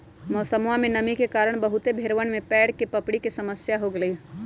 मौसमा में नमी के कारण बहुत भेड़वन में पैर के पपड़ी के समस्या हो गईले हल